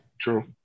True